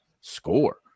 score